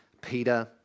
Peter